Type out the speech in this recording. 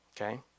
okay